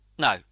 No